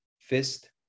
fist